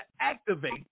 activate